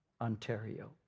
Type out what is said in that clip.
Ontario